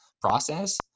process